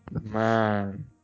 Man